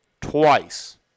twice